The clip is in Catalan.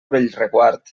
bellreguard